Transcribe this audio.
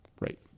Right